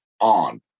on